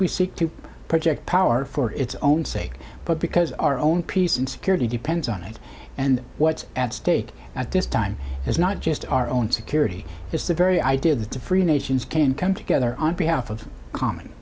we seek to project power for its own sake but because our own peace and security depends on it and what's at stake at this time is not just our own security it's the very idea that the free nations can come together on behalf of common